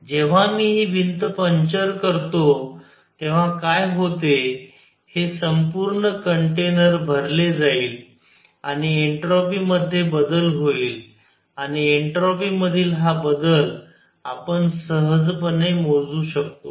जेव्हा मी ही भिंत पंचर करतो तेव्हा काय होते हे संपूर्ण कंटेनर भरले जाईल आणि एन्ट्रॉपी मध्ये बदल होईल आणि एन्ट्रॉपी मधील हा बदल आपण सहजपणे मोजू शकतो